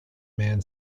man